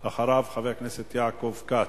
ואחריו, חבר הכנסת יעקב כץ.